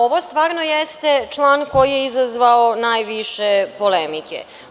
Ovo stvarno jeste član koji je izazvao najviše polemike.